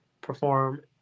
perform